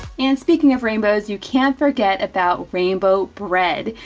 and speaking of rainbows, you can't forget about rainbow bread.